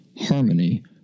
harmony